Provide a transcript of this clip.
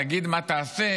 תגיד מה תעשה.